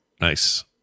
Nice